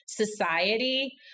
society